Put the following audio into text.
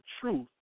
truth